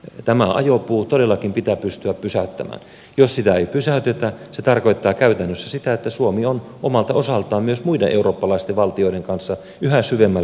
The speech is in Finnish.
tämä ajopuu todellakin pitää pystyä pysäyttämään jos sitä ei pysäytetä se tarkoittaa käytännössä sitä että suomi on omalta osaltaan myös muiden eurooppalaisten valtioiden kanssa yhä syvemmän